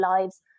lives